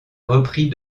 repris